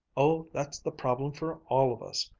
oh, that's the problem for all of us!